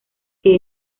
que